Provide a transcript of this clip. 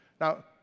Now